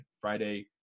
Friday